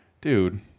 dude